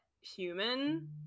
human